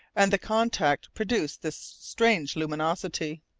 and the contact produced this strange luminosity.